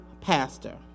Pastor